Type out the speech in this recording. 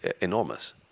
enormous